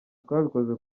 twabikoze